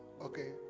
Okay